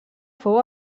fou